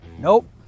Nope